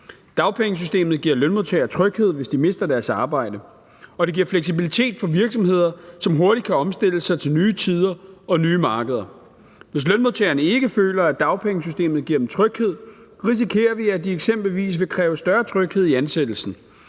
Dagpengesystemet giver lønmodtagere tryghed, hvis de mister deres arbejde, og det giver fleksibilitet for virksomhederne, som hurtigt kan omstille sig til nye tider og nye markeder. Hvis lønmodtagerne ikke føler, at dagpengesystemet giver dem tryghed, risikerer vi, at de eksempelvis vil kræve større tryghed i ansættelsen